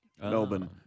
Melbourne